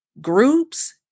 groups